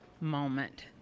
moment